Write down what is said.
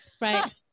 right